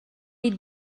est